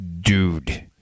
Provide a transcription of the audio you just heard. dude